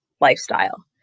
lifestyle